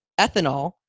ethanol